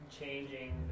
changing